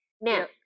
Now